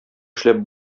эшләп